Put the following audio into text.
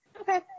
Okay